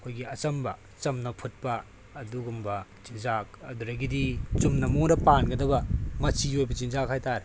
ꯑꯩꯈꯣꯏꯒꯤ ꯑꯆꯝꯕ ꯆꯝꯅ ꯐꯨꯠꯄ ꯑꯗꯨꯒꯨꯝꯕ ꯆꯤꯟꯖꯥꯛ ꯑꯗꯨꯗꯒꯤꯗꯤ ꯆꯨꯝꯅ ꯃꯉꯣꯟꯗ ꯄꯥꯟꯒꯗꯕ ꯃꯆꯤ ꯑꯣꯏꯕ ꯆꯤꯟꯖꯥꯛ ꯍꯥꯏꯇꯥꯔꯦ